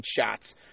shots